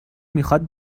میخواد